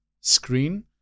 screen